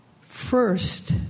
first